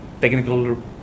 Technical